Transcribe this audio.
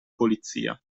polizia